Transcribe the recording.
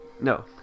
No